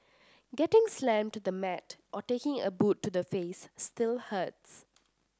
getting slammed to the mat or taking a boot to the face still hurts